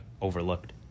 overlooked